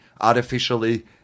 artificially